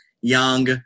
young